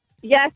Yes